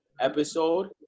episode